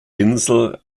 insel